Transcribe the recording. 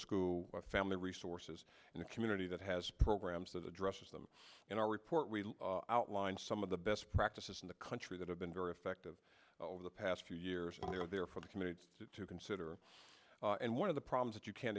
school with family resources and a community that has programs that address them in our report we outline some of the best practices in the country that have been very effective over the past few years and they are there for the committed to consider and one of the problems that you can't